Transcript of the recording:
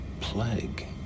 plague